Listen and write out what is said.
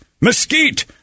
mesquite